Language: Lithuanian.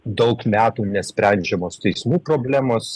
daug metų nesprendžiamos teismų problemos